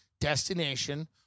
destination